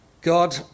God